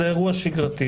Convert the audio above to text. זה אירוע שגרתי,